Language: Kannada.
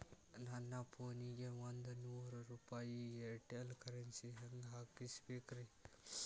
ನನ್ನ ಫೋನಿಗೆ ಒಂದ್ ನೂರು ರೂಪಾಯಿ ಏರ್ಟೆಲ್ ಕರೆನ್ಸಿ ಹೆಂಗ್ ಹಾಕಿಸ್ಬೇಕ್ರಿ?